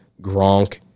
Gronk